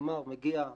כלומר, מגיע דוגם,